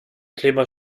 klima